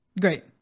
great